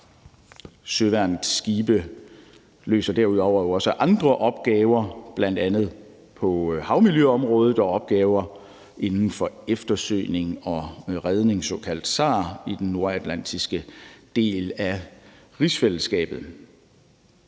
Søværnets skibe løser derudover også andre opgaver, bl.a. på havmiljøområdet og opgaver inden for eftersøgning og redning, det såkaldte SAR, i den nordatlantiske del af rigsfællesskabet.